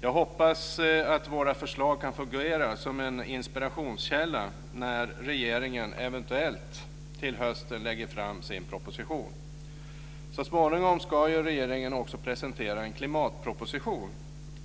Jag hoppas att våra förslag kan fungera som en inspirationskälla när regeringen eventuellt till hösten lägger fram sin proposition. Så småningom ska ju regeringen också presentera en klimatproposition.